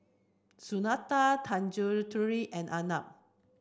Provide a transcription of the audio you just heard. Sunita Tanguturi and Arnab